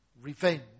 revenge